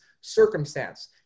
circumstance